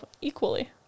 equally